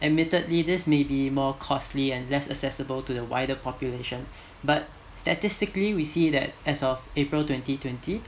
admittedly this may be more costly and less accessible to the wider population but statistically we see that as of April twenty twenty